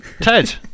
Ted